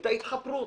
את ההתחפרות.